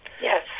Yes